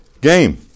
game